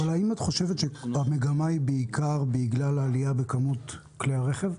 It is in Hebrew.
האם את חושבת שהמגמה היא בעיקר בגלל העלייה בכמות כלי הרכב?